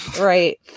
right